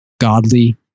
Godly